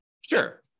Sure